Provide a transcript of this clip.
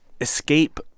escape